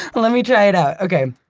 let me try it out. okay.